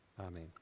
Amen